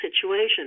situation